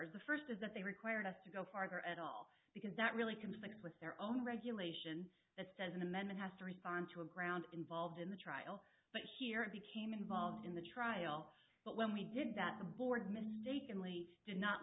errors the first is that they required us to go farther at all because that really conflicts with their own regulations that says an amendment has to respond to a ground involved in the trial but here it became involved in the trial but when we did that the board mistakenly did not